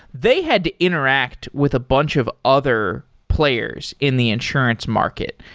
they had to interact with a bunch of other players in the insurance market.